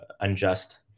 unjust